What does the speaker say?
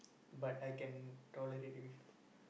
but I can tolerate with